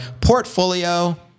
portfolio